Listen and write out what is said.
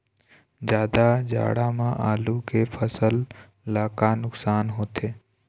जादा जाड़ा म आलू के फसल ला का नुकसान होथे?